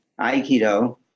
aikido